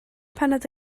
paned